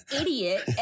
idiot